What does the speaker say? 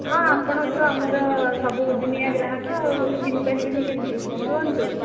ହଁ ଆପଣ ତ ଆମର ସବୁଦିନିଆ ଗ୍ରାହକ ଆଉ ଚିହ୍ନି ପାରିବିନି କେମିତି କୁହନ୍ତୁ